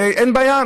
אין בעיה,